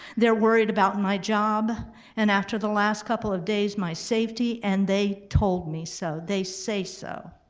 they're worried about my job and after the last couple of days my safety and they told me so, they say so.